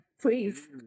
Please